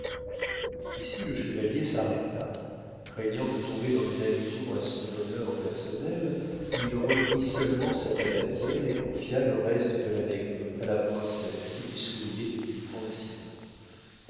ici le chevalier s'arrêta craignant de tomber dans une allusion à son bonheur personnel il reprit seulement sa tabatière et confia le reste de l'anecdote à la princesse qui lui souriait depuis trente-six ans